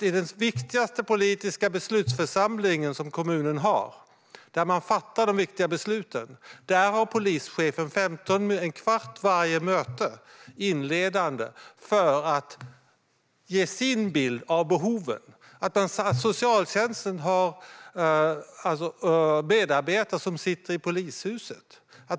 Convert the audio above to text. I den viktigaste politiska beslutsförsamling som kommunen har, där man fattar de viktiga besluten, har polischefen en inledande kvart vid varje möte för att ge sin bild av behoven. Socialtjänsten har medarbetare som sitter i polishuset.